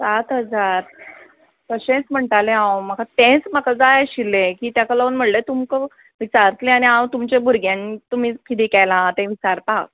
सात हजार तशेंच म्हणटालें हांव म्हाका तेंच म्हाका जाय आशिल्लें की ताका लागून म्हणलें तुमकां विचारतलें आनी हांव तुमच्या भुरग्यान तुमी किदें केलां तें विचारपाक